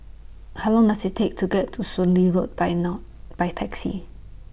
How Long Does IT Take to get to Soon Lee Road By now By Taxi